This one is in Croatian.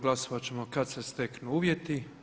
Glasovat ćemo kad se steknu uvjeti.